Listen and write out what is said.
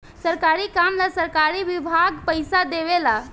सरकारी काम ला सरकारी विभाग पइसा देवे ला